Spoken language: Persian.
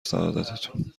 سعادتتون